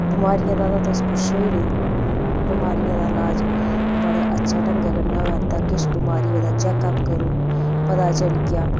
ते बमारियां दा ते तुस पुच्छो ही नी बमारियें दा इलाज बड़े अच्छे ढंगै कन्नै होआ करदा किश बमारी होऐ तां चैकअप करो पता चली गेआ